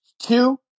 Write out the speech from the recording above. two